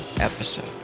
episode